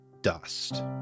dust